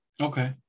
Okay